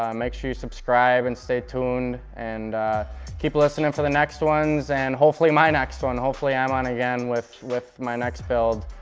um make sure you subscribe and stay tuned and keep listening for the next ones and, hopefully, my next one. hopefully, i'm on again with with my next build.